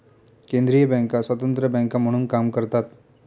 केंद्रीय बँका स्वतंत्र बँका म्हणून काम करतात